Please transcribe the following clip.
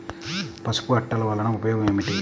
పసుపు అట్టలు వలన ఉపయోగం ఏమిటి?